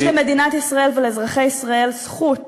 יש למדינת ישראל ולאזרחי ישראל זכות